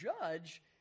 judge